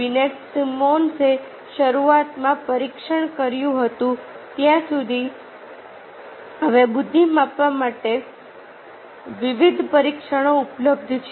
Binet સિમોન્સે શરૂઆતમાં પરીક્ષણ કર્યું હતું ત્યાં સુધી હવે બુદ્ધિ માપવા માટે વિવિધ પરીક્ષણો ઉપલબ્ધ છે